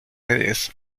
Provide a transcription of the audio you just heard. redes